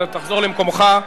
תחזור למקומך.